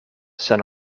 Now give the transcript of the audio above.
sen